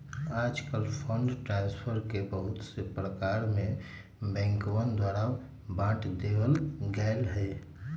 आजकल fund transfer के बहुत से प्रकार में बैंकवन द्वारा बांट देवल गैले है